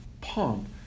pump